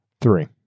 three